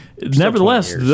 nevertheless